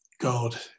God